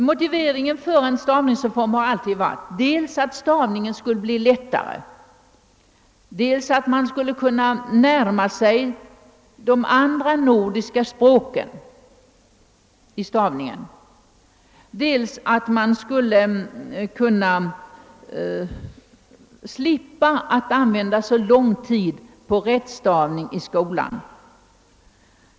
Motiveringen för en stavningsreform har alltid varit dels att stavningen skulle bli lättare, dels att man skulle kunna närma sig de andra nordiska språken i stavningen, dels också att man skulle kunna slippa att använda så lång tid för undervisning i rättstavning i skolan.